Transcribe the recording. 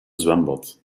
zwembad